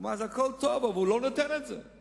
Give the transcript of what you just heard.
אז הוא אומר: הכול טוב, אבל הוא לא נותן את זה.